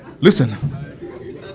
Listen